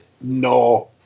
no